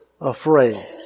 afraid